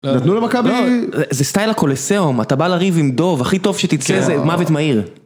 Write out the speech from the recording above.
נתנו למכבי? זה סטייל הקולסיאום, אתה בא לריב עם דוב, הכי טוב שתצא זה מוות מהיר.